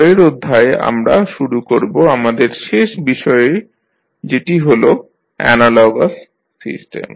পরের অধ্যায়ে আমরা শুরু করব আমাদের শেষ বিষয় যেটি হল অ্যানালগাস সিস্টেম